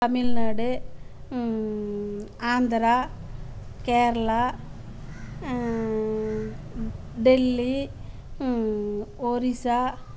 Tamil Nadu Andhra Kerala Delhi Orissa